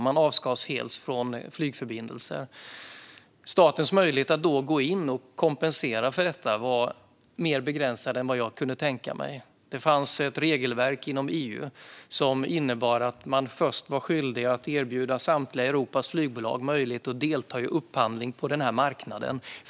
Man avskars helt från flygförbindelser. Statens möjlighet att då gå in och kompensera för detta var mer begränsad än vad jag kunde tänka mig. Det fanns ett regelverk inom EU som innebar att man först var skyldig att erbjuda samtliga Europas flygbolag möjlighet att delta i upphandling på den här marknaden.